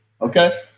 Okay